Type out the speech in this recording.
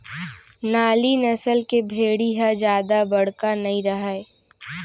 नाली नसल के भेड़ी ह जादा बड़का नइ रहय